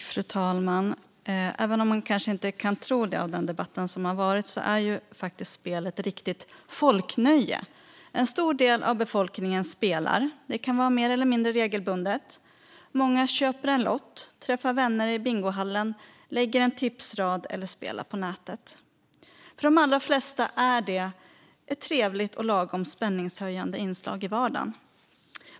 Fru talman! Även om man kanske inte kan tro det av den debatt som har varit är spel ett riktigt folknöje. En stor del av befolkningen spelar; det kan vara mer eller mindre regelbundet. Många köper en lott, träffar vänner i bingohallen, sätter ihop en tipsrad eller spelar på nätet. För de allra flesta är det ett trevligt och lagom spänningshöjande inslag i vardagen.